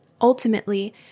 Ultimately